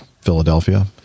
Philadelphia